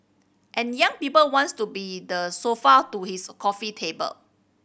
and young people wants to be the sofa to his coffee table